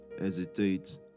hesitate